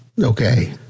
okay